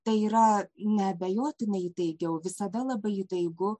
tai yra neabejotinai įtaigiau visada labai įtaigu